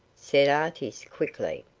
said artis, quickly.